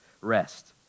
rest